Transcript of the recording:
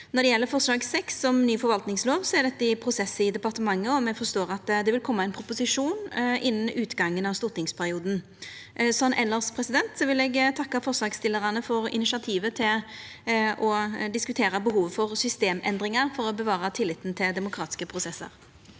Når det gjeld forslag nr. 6, om ny forvaltingslov, er dette i prosess i departementet, og me forstår at det vil koma ein proposisjon innan utgangen av stortingsperioden. Elles vil eg takka forslagsstillarane for initiativet til å diskutera behovet for systemendringar for å bevara tilliten til demokratiske prosessar.